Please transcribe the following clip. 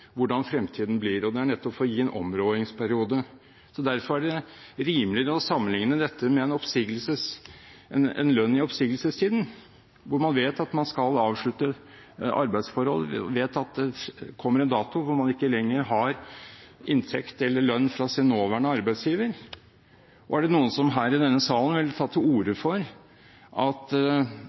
hvordan fremtiden blir. Det er nettopp for å gi en områdingsperiode. Derfor er det rimeligere å sammenlikne dette med lønn i oppsigelsestiden. Man vet at man skal avslutte et arbeidsforhold, og vet at det kommer en dato hvor man ikke lenger har inntekt eller lønn fra sin nåværende arbeidsgiver. Og er det noen i denne sal som vil ta til orde for at